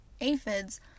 aphids